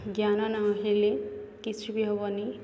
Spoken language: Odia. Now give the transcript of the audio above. ଜ୍ଞାନ ନହେଲେ କିଛି ବି ହେବନି